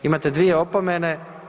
Imate dvije opomene.